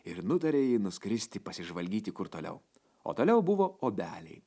ir nutarė ji nuskristi pasižvalgyti kur toliau o toliau buvo obeliai